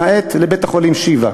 למעט לבית-החולים שיבא.